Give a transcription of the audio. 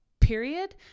period